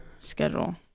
schedule